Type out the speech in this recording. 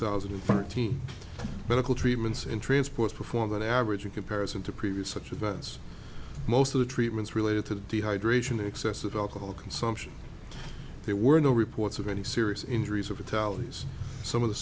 thousand and thirteen medical treatments in transports before that average in comparison to previous such events most of the treatments related to dehydration excessive alcohol consumption there were no reports of any serious injuries or fatalities some of the